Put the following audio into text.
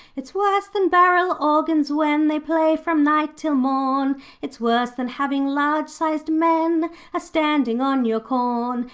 it's worse than barrel organs when they play from night till morn it's worse than having large-sized men a-standing on your corn.